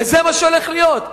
וזה מה שהולך להיות.